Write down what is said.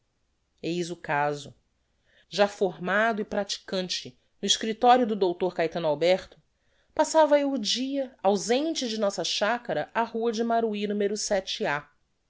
eis o caso já formado e praticante no escriptorio do dr caetano alberto passava eu o dia ausente de nossa chacara á rua do maruhy n